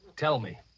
tell me!